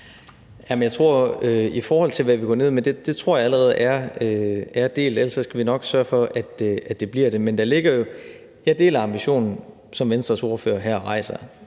så tror jeg, det allerede er delt – ellers skal vi nok sørge for, at det bliver det. Jeg deler ambitionen, som Venstres ordfører her